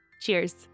Cheers